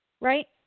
right